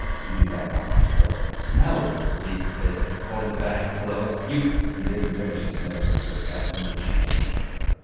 give me back my mom's trail mix. no, leaf said, holding the bag close. close. you he didn't finish his sentence because that's when the chanting started.